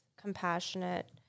compassionate